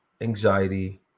anxiety